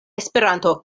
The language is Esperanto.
esperanto